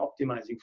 optimizing